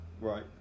right